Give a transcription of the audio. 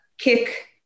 kick